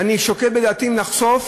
אני שוקל בדעתי אם לחשוף,